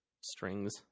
strings